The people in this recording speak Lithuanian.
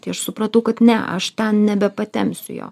tai aš supratau kad ne aš ten nebepatemsiu jo